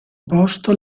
posto